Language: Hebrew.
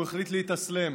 הוא החליט להתאסלם.